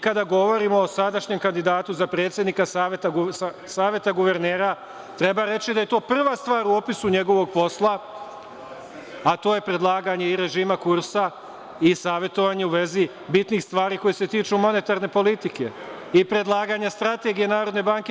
Kada govorimo o kandidatu za predsednika Saveta guvernera, treba reći da je to prva stvar u opisu njegovog posla, a to je predlaganje i režima kursa i savetovanje u vezi bitnih stvari koje se tiču monetarne politike i predlaganja strategije NBS.